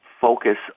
focus